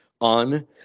on